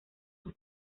sus